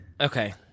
Okay